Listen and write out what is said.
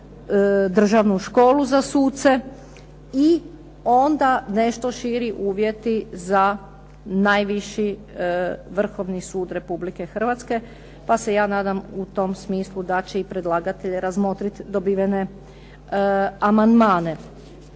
državnu školu za suce i onda nešto širi uvjeti za najviši Vrhovni sud Republike Hrvatske, pa se ja nadam u tom smislu da će i predlagatelj razmotriti dobivene amandmane.